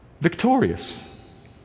Victorious